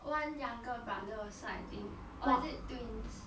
one younger brother also I think or is it twins